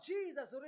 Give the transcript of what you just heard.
Jesus